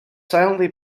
silently